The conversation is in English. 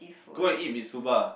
go and eat Mitsuba